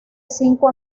cinco